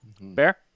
Bear